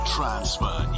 Transfer